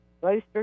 booster